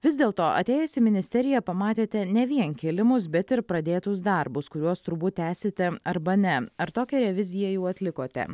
vis dėl to atėjęs į ministeriją pamatėte ne vien kilimus bet ir pradėtus darbus kuriuos turbūt tęsite arba ne ar tokią reviziją jau atlikote